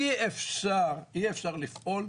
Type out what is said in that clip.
אי אפשר לפעול